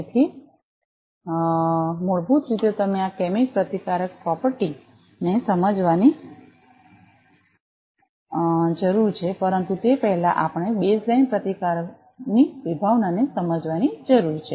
તેથી મૂળભૂત રીતે આપણે આ કેમી પ્રતિકારક પ્રોપર્ટી ને સમજવાની જરૂર છે પરંતુ તે પહેલાં આપણે બેઝલાઇન પ્રતિકારની વિભાવનાને સમજવાની જરૂર છે